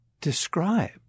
describe